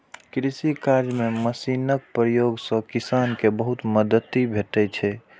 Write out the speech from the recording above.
कृषि कार्य मे मशीनक प्रयोग सं किसान कें बहुत मदति भेटै छै